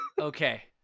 Okay